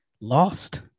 lost